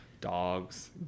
dogs